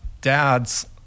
dads